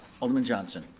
alderman johnson.